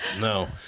No